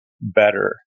better